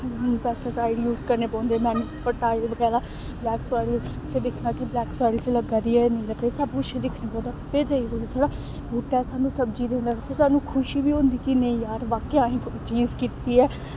pesticide use करने पौंदे मैनी फटााईल बगैरा ब्लैक सायल च दिक्खना कि ब्लैक सायल च लग्गा दी ऐ नेईं लग्गा दी सब कुछ दिक्खना पौंदा फिर जाइयै कुसै साढ़ा बूह्टा सानूं सब्जी दिंदा फिर सानूं खुशी बी होंदी कि नेईं यार बाकेआ असें कोई चीज कीती ऐ